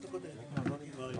לכל השירותים שניתנים,